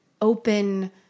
open